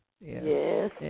yes